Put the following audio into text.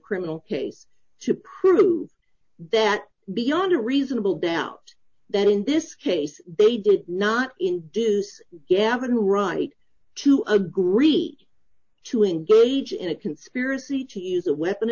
criminal case to prove that beyond a reasonable doubt that in this case they did not induce gavin ronnie to agree to engage in a conspiracy to use a weapon